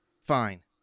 Fine